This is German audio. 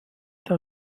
der